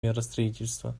миростроительства